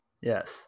Yes